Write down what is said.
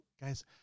guys